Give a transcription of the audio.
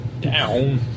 Down